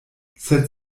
sed